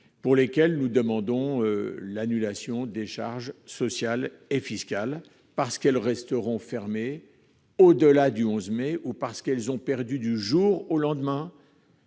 pour lesquelles nous demandons l'annulation des charges sociales et fiscales parce qu'elles ne pourront pas reprendre leurs activités le 11 mai ou parce qu'elles ont perdu du jour au lendemain,